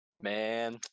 Man